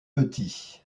petit